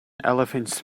elephants